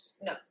No